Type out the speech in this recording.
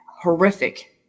horrific